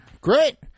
Great